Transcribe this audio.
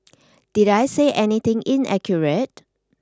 did I say anything inaccurate